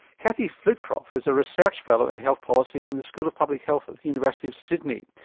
kathy flitcroft is a research fellow in health policy in the school of public health at the university of sydney.